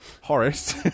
Horace